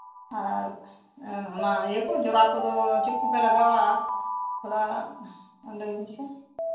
ᱟᱨ ᱚᱱᱟ ᱡᱚᱨᱟ ᱠᱚᱫᱚ ᱪᱮᱫ ᱠᱚᱯᱮ ᱞᱟᱜᱟᱣᱟ ᱛᱷᱚᱲᱟ ᱞᱟᱹᱭ ᱢᱮᱥᱮ